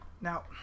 Now